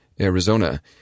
Arizona